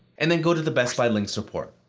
and then go to the best by links report.